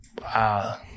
Wow